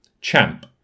Champ